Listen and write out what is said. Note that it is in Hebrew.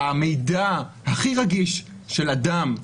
המידע הכי רגיש של אדם,